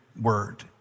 word